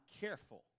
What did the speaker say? careful